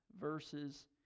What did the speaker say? verses